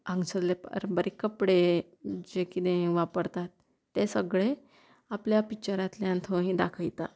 हांगसरल्ले पारंपारीक कपडे जे किदें वापरतात ते सगळें आपल्या पिक्चरांतल्यान थंय दाखयता